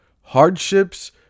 hardships